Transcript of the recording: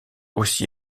aussi